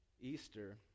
Easter